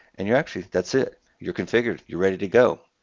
and you're actually that's it. you're configured. you're ready to go.